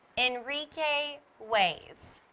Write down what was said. enrique weighs.